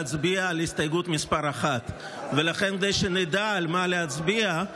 להצביע על הסתייגות מס' 1. ולכן כדי שנדע על מה להצביע,